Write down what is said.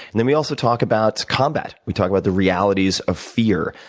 and then we also talk about combat. we talk about the realities of fear,